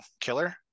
killer